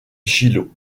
gillot